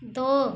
दो